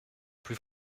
plus